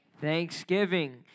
Thanksgiving